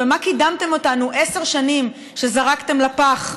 במה קידמתם אותנו בעשר השנים שזרקתם לפח,